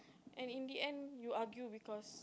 and in the end you argue because